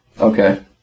Okay